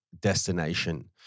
destination